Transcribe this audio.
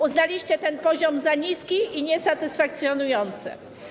Uznaliście ten poziom za niski i niesatysfakcjonujący.